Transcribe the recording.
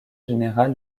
général